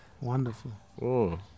wonderful